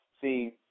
See